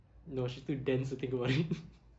no she too dense to think about it